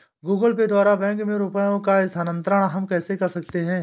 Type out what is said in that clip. Google Pay द्वारा bank में रुपयों का स्थानांतरण हम कैसे कर सकते हैं?